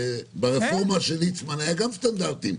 ברפורמה של ליצמן היו גם סטנדרטים.